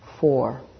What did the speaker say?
four